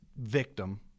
victim